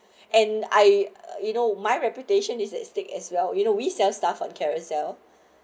and I you know my reputation is at stake as well you know we sell stuff on carol sell